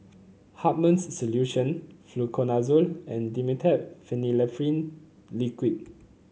Hartman's Solution Fluconazole and Dimetapp Phenylephrine Liquid